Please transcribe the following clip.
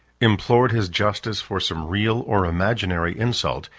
implored his justice for some real or imaginary insult,